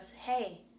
Hey